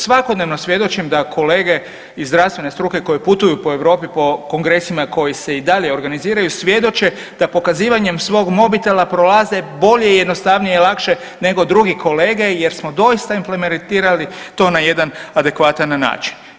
Svakodnevno svjedočim da kolege iz zdravstvene struke koji putuju po Europi po kongresima i koji se i dalje organiziraju svjedoče da pokazivanjem svog mobitela prolaze bolje i jednostavnije i lakše nego drugi kolege jer smo doista implementirali to na jedan adekvatan način.